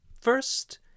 First